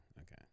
okay